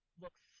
looks